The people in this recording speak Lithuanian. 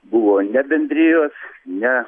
buvo ne bendrijos ne